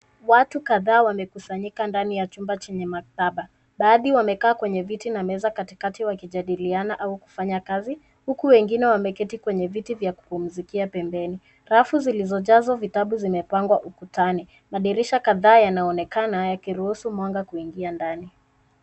Watu kadhaa wamekusanyika ndani ya chumba chenye maktaba. Baadhi wamekaa kwenye viti na meza katikati wakijadiliana au kufanya kazi huku wengine wameketi kwenye viti vya kupumzikia pembeni. Rafu zilizojazwa vitabu zimepangwa ukutani. Madirisha kadhaa yanayoonekana yakiruhusu mwanga kuingia ndani.